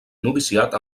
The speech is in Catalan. noviciat